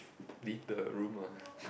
leave the room ah